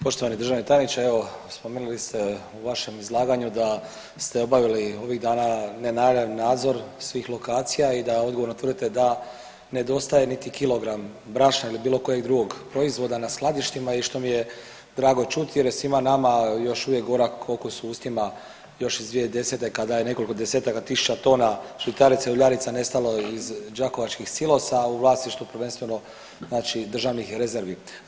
Poštovani državni tajniče evo snimili ste u vašem izlaganju da ste obavili ovih dana nenajavljeni nadzor svih lokacija i da odgovorno tvrdite da nedostaje niti kilogram brašna ili bilo kojeg drugog proizvoda na skladištima i što mi je drago čuti jer je svima nama još uvijek gorak okus u ustima još iz 2010. kada je nekoliko desetaka tisuća tona žitarice uljarica nestalo iz đakovačkih silosa u vlasništvu prvenstveno znači državnih rezervi.